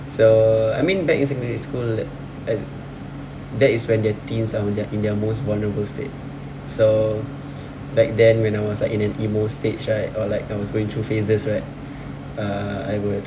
so I mean back in secondary school and that is when their teens are in their in their most vulnerable state so back then when I was like in an emo stage right or like I was going through phases right uh I would